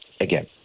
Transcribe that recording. Again